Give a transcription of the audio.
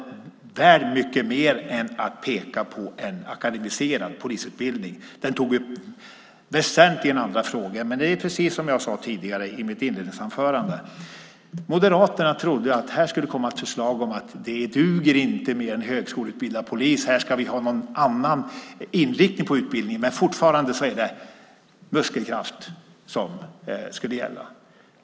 Den hade mycket mer än att peka på en akademiserad polisutbildning. Den tog väsentligen upp andra frågor. Men det är precis som jag sade i mitt inledningsanförande: Moderaterna trodde att det skulle komma ett förslag som byggde på uppfattningen att det inte duger med en högskoleutbildad polis - här ska vi ha någon annan inriktning på utbildningen, men fortfarande är det muskelkraft som ska gälla!